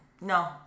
No